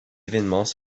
événements